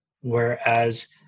Whereas